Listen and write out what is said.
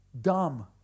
dumb